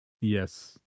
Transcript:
Yes